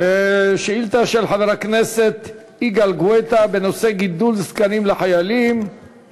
שאילתה של חבר הכנסת יגאל גואטה בנושא: ההיתר לחיילים לגדל זקנים.